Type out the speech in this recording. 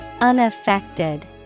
Unaffected